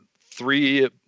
three